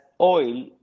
oil